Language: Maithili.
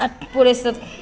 अत्तेक पूरे सब